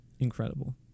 incredible